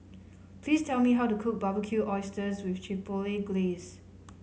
please tell me how to cook Barbecued Oysters with Chipotle Glaze